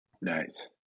Nice